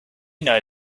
know